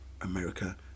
America